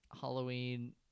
Halloween